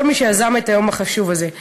לכל מי שיזם את היום החשוב הזה.